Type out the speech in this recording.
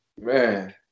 Man